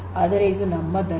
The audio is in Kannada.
ಆದರೆ ಇದು ನಮ್ಮದಲ್ಲ